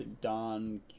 Don